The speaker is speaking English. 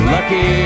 Lucky